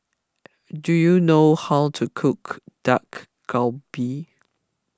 do you know how to cook Dak Galbi